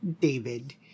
David